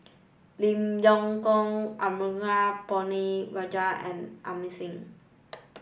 Lim Leong Geok Arumugam Ponnu Rajah and Amy Thing